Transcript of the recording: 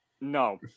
no